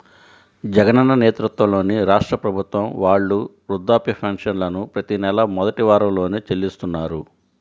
జగనన్న నేతృత్వంలోని రాష్ట్ర ప్రభుత్వం వాళ్ళు వృద్ధాప్య పెన్షన్లను ప్రతి నెలా మొదటి వారంలోనే చెల్లిస్తున్నారు